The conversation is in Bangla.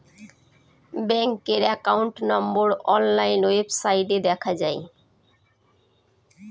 ব্যাঙ্কের একাউন্ট নম্বর অনলাইন ওয়েবসাইটে দেখা যায়